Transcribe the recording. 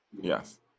Yes